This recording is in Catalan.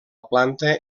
planta